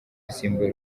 yasimbuye